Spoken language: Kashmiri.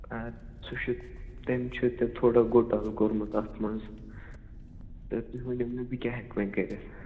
اَ سُہ چھُ تٔمۍ چھُ تتہِ تھوڑا گوٹالہٕ کوٚرمُت اَتھ منٛز تہٕ تُہۍ ؤنِو مےٚ بہٕ کیٛاہ ہیٚکہِ وۅنۍ کٔرِتھ